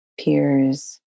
peers